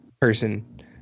Person